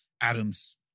Adam's